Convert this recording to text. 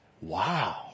Wow